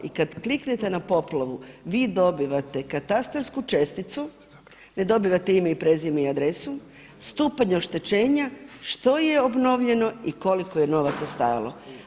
I kad kliknete na poplavu vi dobivate katastarsku česticu, ne dobivate ime i prezime i adresu, stupanj oštećenja, što je obnovljeno i koliko je novaca stajalo.